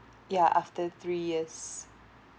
ya after three years